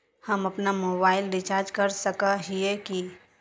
हम अपना mobile recharge कर सकय हिये की?